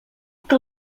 que